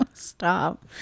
Stop